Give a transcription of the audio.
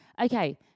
Okay